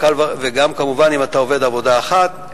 וגם כמובן אם אתה עובד בעבודה אחת.